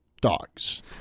dogs